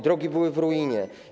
Drogi były w ruinie.